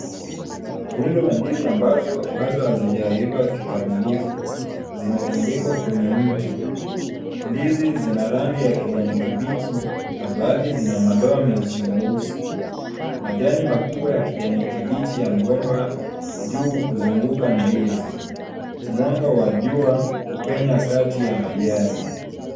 Rundo la ndizi ambazo bado hazijaiva kikamilifu zimetundikwa kwenye mti. Ndizi zina rangi ya kijani kibichi na baadhi zina madoa meusi meusi. Majani makubwa ya kijani kibichi ya mgomba juu kuzunguka ndizi. Mwanga wa jua hupenya kati ya majani.